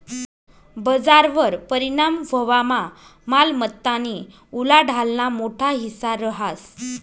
बजारवर परिणाम व्हवामा मालमत्तानी उलाढालना मोठा हिस्सा रहास